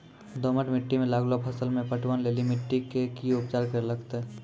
दोमट मिट्टी मे लागलो फसल मे पटवन लेली मिट्टी के की उपचार करे लगते?